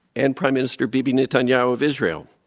and prime minister bibi netanyahu of israel,